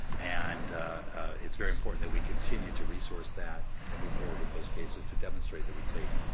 and it's very important that we continue to resource that and move forward with those cases to demonstrate that we take,